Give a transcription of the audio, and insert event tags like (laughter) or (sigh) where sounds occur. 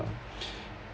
(breath)